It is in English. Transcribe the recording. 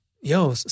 yo